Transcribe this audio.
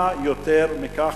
מה יותר מכך?